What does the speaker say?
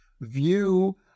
view